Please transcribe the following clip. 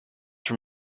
from